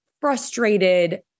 frustrated